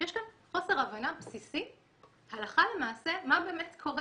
שיש כאן חוסר הבנה בסיסי הלכה למעשה מה באמת קורה